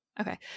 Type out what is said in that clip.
okay